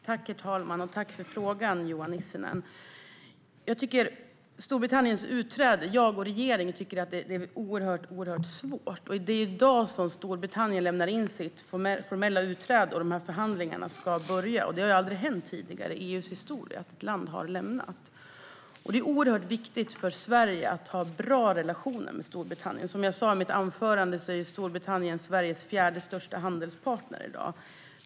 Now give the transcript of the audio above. Herr talman! Jag tackar Johan Nissinen för frågan. Jag och regeringen tycker att Storbritanniens utträde ur EU är en oerhört svår fråga. Det är i dag som Storbritannien lämnar in sin formella ansökan om utträde ur EU, och förhandlingarna ska börja. Det har aldrig tidigare hänt i EU:s historia att ett land har lämnat unionen. Det är oerhört viktigt för Sverige att ha bra relationer med Storbritannien. Som jag sa i mitt anförande är Storbritannien Sveriges fjärde största handelspartner i dag.